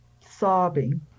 sobbing